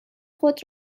خود